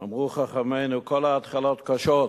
אמרו חכמינו: כל ההתחלות קשות,